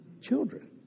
Children